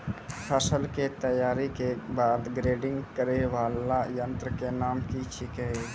फसल के तैयारी के बाद ग्रेडिंग करै वाला यंत्र के नाम की छेकै?